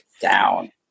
down